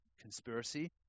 conspiracy